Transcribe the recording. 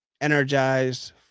energized